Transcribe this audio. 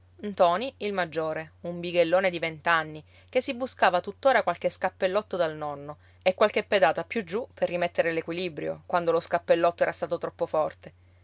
anzianità ntoni il maggiore un bighellone di vent'anni che si buscava tutt'ora qualche scappellotto dal nonno e qualche pedata più giù per rimettere l'equilibrio quando lo scappellotto era stato troppo forte